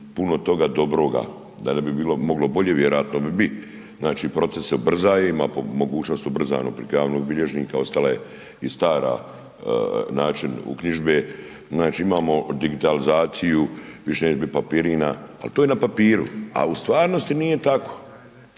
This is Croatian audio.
puno toga dobroga, da ne bi bilo moglo bolje, vjerojatno bi, znači proces se ubrzava, ima mogućnost ubrzano preko javnog bilježnika, ostale i stara način uknjižbe, znači imamo digitalizaciju, .../Govornik se ne razumije./... to je na papiru, a u stvarnosti nije tako.